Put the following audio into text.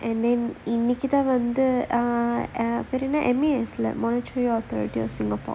and then இன்னைக்குதான் வந்து:innaikku thaan vanthu err administration is like monetary authority of singapore